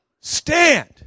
Stand